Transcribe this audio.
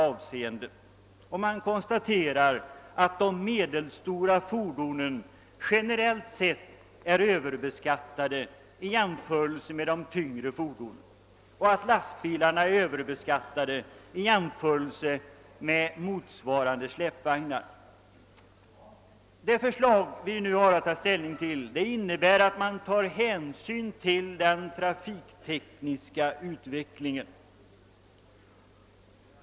Utredningen konstaterar att de medelstora fordonen generellt sett är överbeskattade i jämförelse med de tyngre fordonen och att lastbilarna är överbeskattade i jämförelse med motsvarande släpvagnar. Det förslag vi nu har att ta ställning till innebär således ett hänsynstagande till den trafiktekniska utvecklingen.